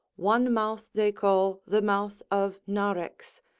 one mouth they call the mouth of narex,